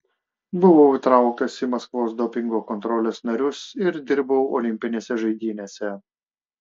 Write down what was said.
buvau įtrauktas į maskvos dopingo kontrolės narius ir dirbau olimpinėse žaidynėse